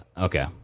Okay